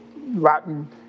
Latin